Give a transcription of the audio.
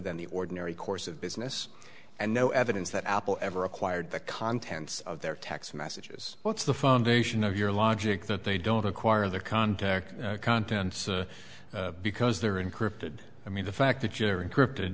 than the ordinary course of business and no evidence that apple ever acquired the contents of their text messages what's the foundation of your logic that they don't acquire their contact contents because they're encrypted i mean the fact that you're encrypted